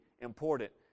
important